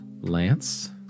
Lance